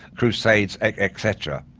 crusades, et cetera?